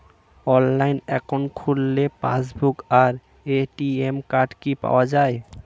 Online account খুললে passbook আর ATM card কি পাওয়া যায়?